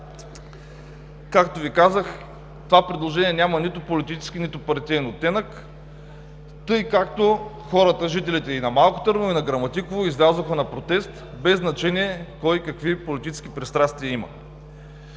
Както Ви казах, това предложение няма нито политически, нито партиен оттенък, хората - жителите и на Малко Търново, и на Граматиково, излязоха на протест без значение кой какви политически пристрастия има.